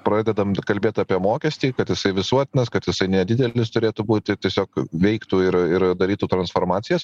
pradedam kalbėt apie mokestį kad jisai visuotinas kad jisai nedidelis turėtų būt ir tiesiog veiktų ir ir darytų transformacijas